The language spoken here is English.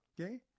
okay